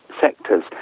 sectors